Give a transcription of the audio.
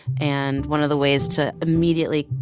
and one of the ways to immediately,